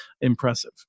impressive